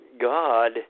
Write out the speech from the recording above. God